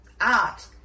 art